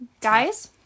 guys